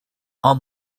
are